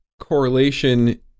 correlation